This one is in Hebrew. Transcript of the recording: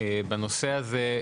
בנושא הזה.